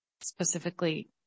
specifically